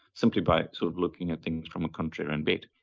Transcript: simply by sort of looking at things from a contrarian bait.